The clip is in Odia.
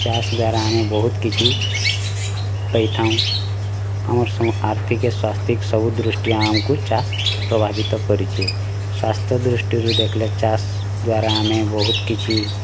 ଚାଷ୍ ଦ୍ଵାରା ଆମେ ବହୁତ୍ କିଛି ପାଇଥାଉ ଆମର୍ ସବୁ ଆର୍ଥିକେ ସ୍ୱସ୍ତିକ ସବୁ ଦୃଷ୍ଟି ଆମକୁ ଚାଷ୍ ପ୍ରଭାବିତ କରିଛେ ସ୍ଵାସ୍ଥ୍ୟ ଦୃଷ୍ଟି ରୁ ଦେଖଲେ ଚାଷ୍ ଦ୍ଵାରା ଆମେ ବହୁତ କିଛି